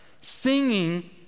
Singing